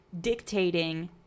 dictating